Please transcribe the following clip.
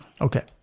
Okay